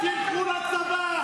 חבר הכנסת יאסר חוג'יראת.